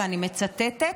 ואני מצטטת,